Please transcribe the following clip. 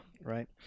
Right